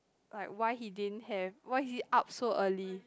like why he didn't have why he up so early